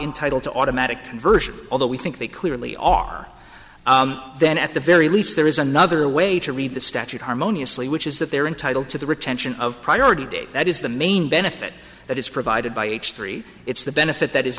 entitled to automatic conversion although we think they clearly are then at the very least there is another way to read the statute harmoniously which is that they are entitled to the retention of priority date that is the main benefit that is provided by each three it's the benefit that is